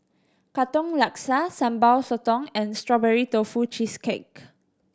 Katong Laksa Sambal Sotong and Strawberry Tofu Cheesecake